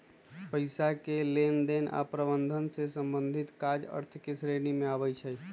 पइसा के लेनदेन आऽ प्रबंधन से संबंधित काज अर्थ के श्रेणी में आबइ छै